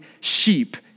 sheep